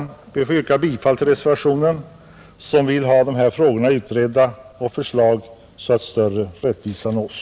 Jag ber att få yrka bifall till reservationen 3, som vill att ——— dessa frågor utreds och att det sedan framläggs förslag som innebär större Skattefrihet för